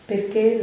Perché